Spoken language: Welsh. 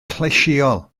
llysieuol